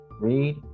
Read